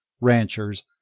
ranchers